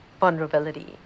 vulnerability